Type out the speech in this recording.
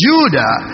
Judah